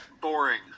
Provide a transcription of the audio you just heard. boring